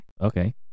Okay